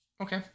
Okay